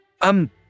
Um